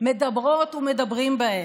מדברות ומדברים בהם?